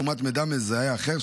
לעומת מידע מזהה אחר,